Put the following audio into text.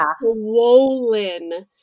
swollen